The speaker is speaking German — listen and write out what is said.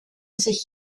sich